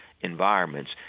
environments